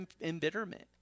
embitterment